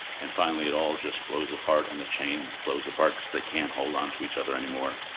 and finally it all just blows apart, and the chain blows apart cause they can't hold on to each other anymore.